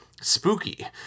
spooky